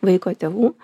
vaiko tėvų